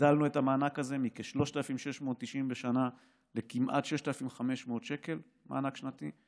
הגדלנו את המענק הזה מכ-3,690 שקל בשנה כמעט ל-6,500 שקל מענק שנתי.